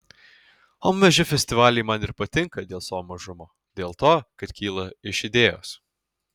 o maži festivaliai man ir patinka dėl savo mažumo dėl to kad kyla iš idėjos